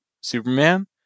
superman